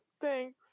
Thanks